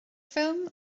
ffilm